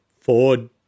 Ford